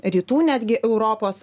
rytų netgi europos